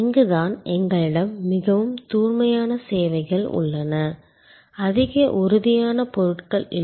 இங்குதான் எங்களிடம் மிகவும் தூய்மையான சேவைகள் உள்ளன அதிக உறுதியான பொருட்கள் இல்லை